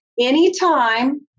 anytime